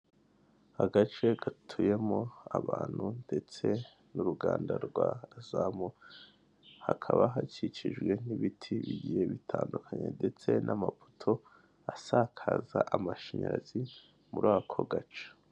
Agace gatuyemo abantu ndetse n'uruganda rwa Azamu, hakaba hakikijwe n'ibiti bigiye bitandukanye ndetse n'amapoto asakaza amashanyarazi muri ako gace.